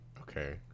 Okay